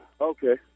Okay